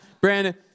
Brandon